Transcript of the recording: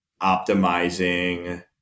optimizing